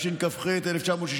(דבורים), התשכ"ח 1968,